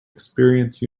experience